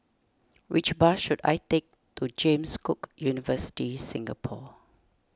which bus should I take to James Cook University Singapore